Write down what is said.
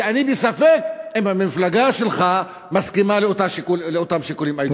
ואני בספק אם המפלגה שלך מסכימה לאותם שיקולים אידיאולוגיים.